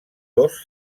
dos